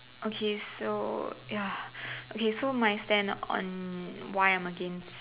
okay so ya okay so my stand on why I'm against